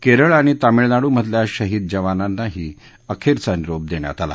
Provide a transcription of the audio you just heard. केरळ आणि तामिळनाडू मधल्या शहीद जवानांनाही अखेरचा निरोप देण्यात आला